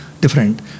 different